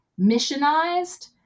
missionized